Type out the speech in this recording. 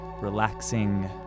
relaxing